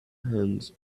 hands